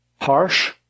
harsh